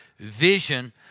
vision